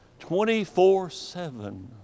24-7